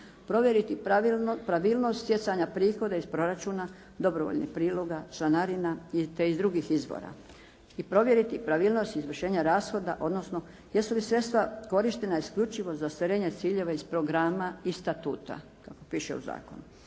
provjeriti pravilnost stjecanja prihoda iz proračuna, dobrovoljnih prihoda, članarina, te iz drugih izvora i provjeriti pravilnost izvršenja rashoda, odnosno jesu li sredstva korištena isključivo za ostvarenje ciljeva iz programa i statuta kako piše u zakonu.